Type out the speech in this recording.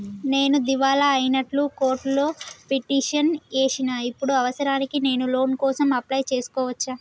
నేను దివాలా అయినట్లు కోర్టులో పిటిషన్ ఏశిన ఇప్పుడు అవసరానికి నేను లోన్ కోసం అప్లయ్ చేస్కోవచ్చా?